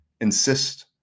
insist